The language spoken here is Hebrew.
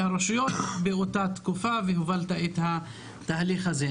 הרשויות באותה תקופה והובלת את התהליך הזה.